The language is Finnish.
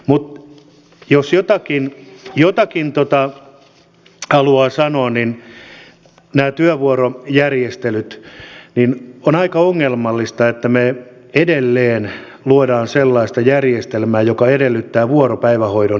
mutta jos jotakin haluaa sanoa näistä työvuorojärjestelyistä niin on aika ongelmallista että me edelleen luomme sellaista järjestelmää joka edellyttää vuoropäivähoidon järjestämistä